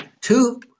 two